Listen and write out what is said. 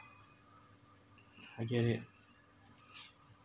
I get it